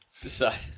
decide